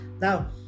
Now